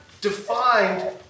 defined